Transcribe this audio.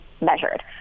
measured